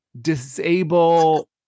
disable